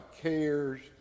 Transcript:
cares